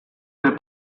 del